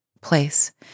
place